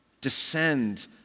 descend